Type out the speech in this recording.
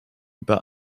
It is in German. über